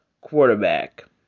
quarterback